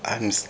I'm